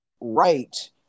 right